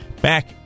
Back